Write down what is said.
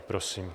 Prosím.